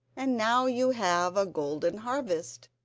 and now you have a golden harvest.